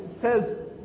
says